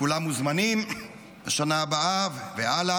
כולם מוזמנים לשנה הבאה והלאה,